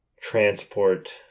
transport